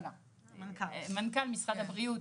מנכ"ל משרד הבריאות